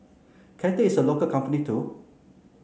Cathay is a local company too